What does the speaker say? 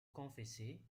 confesser